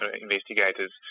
investigators